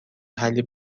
حلی